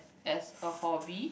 as a hobby